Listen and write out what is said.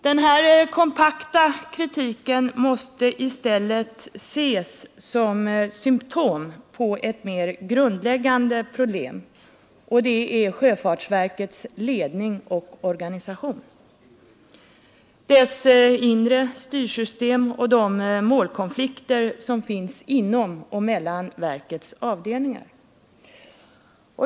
Den här kompakta kritiken måste i stället ses som symtom på ett mer grundläggande problem, och det är sjöfartsverkets ledning och organisation, dess inre styrsystem och de målkonflikter som finns inom och mellan verkets avdelningar.